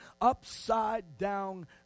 Upside-down